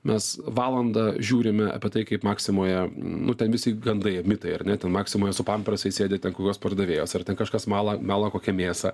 mes valandą žiūrime apie tai kaip maximoje nu ten visi gandai mitai ar ne ten maximoje su pampersais sėdi ten kokios pardavėjos ar ten kažkas mala mala kokią mėsą